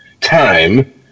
time